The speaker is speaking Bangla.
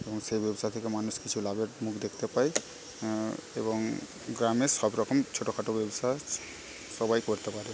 এবং সেই ব্যবসা থেকে মানুষ কিছু লাভের মুখ দেখতে পায় এবং গ্রামের সবরকম ছোটখাটো ব্যবসা সবাই করতে পারে